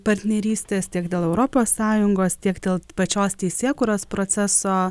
partnerystės tiek dėl europos sąjungos tiek dėl pačios teisėkūros proceso